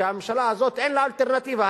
שהממשלה הזאת, אין לה אלטרנטיבה.